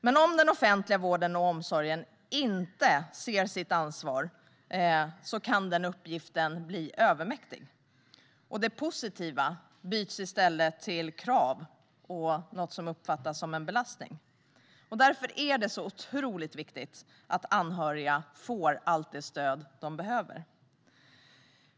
Men om den offentliga vården och omsorgen inte ser sitt ansvar kan den uppgiften bli övermäktig. Det positiva byts i stället till krav och något som uppfattas som en belastning. Därför är det så otroligt viktigt att anhöriga får allt det stöd de behöver.